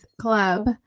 club